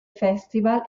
festival